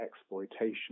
exploitation